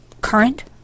current